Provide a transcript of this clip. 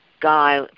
guy